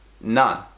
None